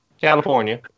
California